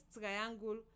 triangle